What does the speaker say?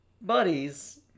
buddies